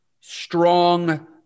strong